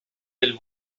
del